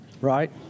Right